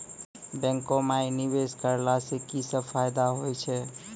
बैंको माई निवेश कराला से की सब फ़ायदा हो छै?